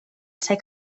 ser